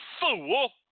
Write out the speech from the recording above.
Fool